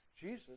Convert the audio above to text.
Jesus